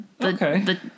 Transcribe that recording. Okay